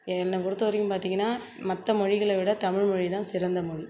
என்ன பொறுத்த வரைக்கும் பார்த்தீங்கன்னா மற்ற மொழிகளை விட தமிழ் மொழிதான் சிறந்த மொழி